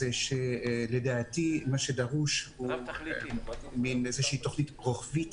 לדעתי, מה שדרוש, מין תוכנית רוחבית